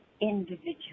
individual